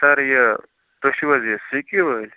سر یہ تُہۍ چھِوٕ حظ یہِ سِکی وٲلۍ